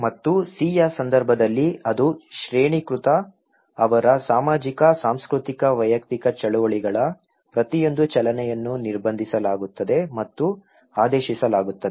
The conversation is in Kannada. ಮತ್ತು C ಯ ಸಂದರ್ಭದಲ್ಲಿ ಅದು ಶ್ರೇಣೀಕೃತ ಅವರ ಸಾಮಾಜಿಕ ಸಾಂಸ್ಕೃತಿಕ ವೈಯಕ್ತಿಕ ಚಳುವಳಿಗಳ ಪ್ರತಿಯೊಂದು ಚಲನೆಯನ್ನು ನಿರ್ಬಂಧಿಸಲಾಗುತ್ತದೆ ಮತ್ತು ಆದೇಶಿಸಲಾಗುತ್ತದೆ